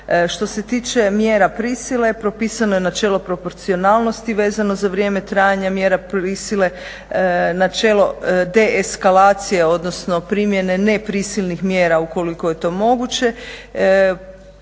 Što se tiče mjera prisile, propisano je načelo proporcionalnosti vezano za vrijeme trajanja prisile, načelo deeskalacije, odnosno primjene neprisilnih mjera ukoliko je to moguće,